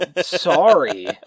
sorry